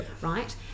Right